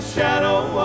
shadow